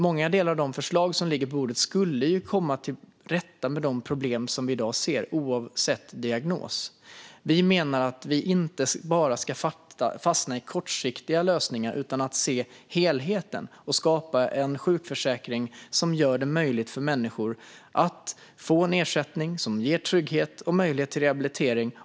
Många delar av det förslag som ligger på bordet skulle göra att vi kom till rätta med de problem som vi ser, oavsett diagnos. Vi tycker att man inte bara ska fastna i kortsiktiga lösningar utan se helheten och skapa en sjukförsäkring som gör att människor kan få en ersättning som ger trygghet och möjlighet till rehabilitering.